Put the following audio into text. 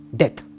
death